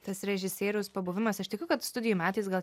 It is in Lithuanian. tas režisieriaus pabuvimas aš tikiu kad studijų metais gal